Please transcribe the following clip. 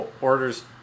orders